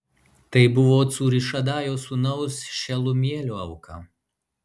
tai buvo cūrišadajo sūnaus šelumielio auka